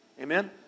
Amen